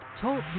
Talk